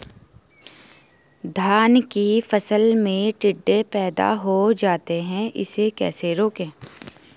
धान की फसल में टिड्डे पैदा हो जाते हैं इसे कैसे रोकें?